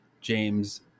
James